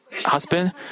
husband